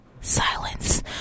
Silence